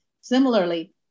similarly